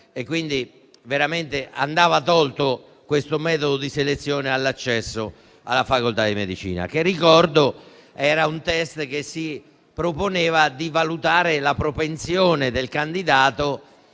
Quindi, davvero andava eliminato questo metodo di selezione all'accesso alla facoltà di medicina, che ricordo era un test che si proponeva di valutare la propensione del candidato